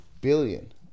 billion